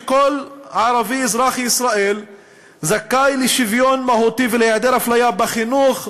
שכל ערבי אזרח ישראל זכאי לשוויון מהותי ולהיעדר אפליה בחינוך,